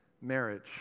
marriage